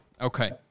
Okay